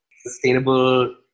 sustainable